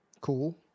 Cool